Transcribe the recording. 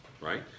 right